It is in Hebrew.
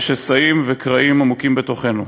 לשסעים ולקרעים עמוקים בתוכנו.